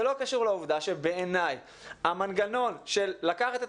זה לא קשור לעבודה שבעיני המנגנון של לקחת את